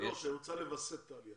היא רוצה לווסת את העלייה.